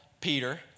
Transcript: Peter